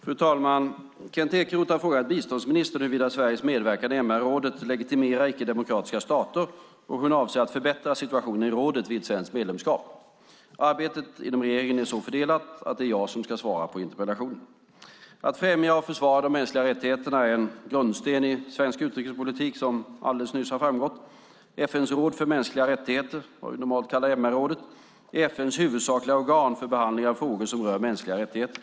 Fru talman! Kent Ekeroth har frågat biståndsministern huruvida Sveriges medverkan i MR-rådet legitimerar icke-demokratiska stater och hur hon avser att förbättra situationen i rådet vid ett svenskt medlemskap. Arbetet inom regeringen är så fördelat att det är jag som ska svara på interpellationen. Att främja och försvara de mänskliga rättigheterna är, som alldeles nyss har framgått, en grundsten i svensk utrikespolitik. FN:s råd för mänskliga rättigheter, det vi normalt kallar MR-rådet, är FN:s huvudsakliga organ för behandling av frågor som rör mänskliga rättigheter.